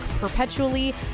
perpetually